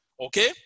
Okay